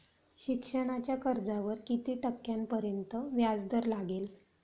शिक्षणाच्या कर्जावर किती टक्क्यांपर्यंत व्याजदर लागेल?